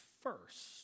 first